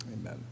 Amen